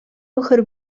мөһер